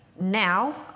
Now